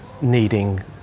needing